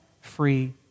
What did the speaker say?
free